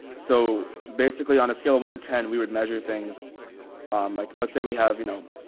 so basically on a scale of one to ten, we would measure things like, let's say we have, you know,